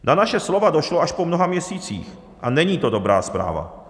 Na naše slova došlo až po mnoha měsících a není to dobrá zpráva.